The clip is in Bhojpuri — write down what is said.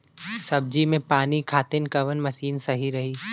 सब्जी में पानी खातिन कवन मशीन सही रही?